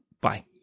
Bye